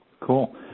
Cool